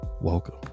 welcome